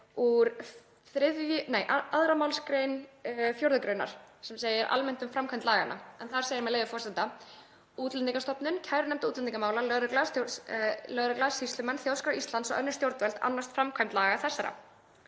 „Útlendingastofnun, kærunefnd útlendingamála, lögregla, sýslumenn, Þjóðskrá Íslands og önnur stjórnvöld annast framkvæmd laga þessara.“